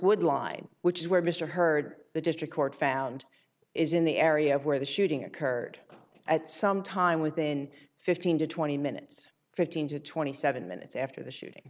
would line which is where mr hurd the district court found is in the area of where the shooting occurred at some time within fifteen to twenty minutes fifteen to twenty seven minutes after the shooting